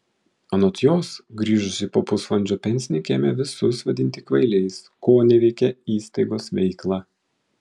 anot jos grįžusi po pusvalandžio pensininkė ėmė visus vadinti kvailiais koneveikė įstaigos veiklą